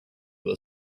will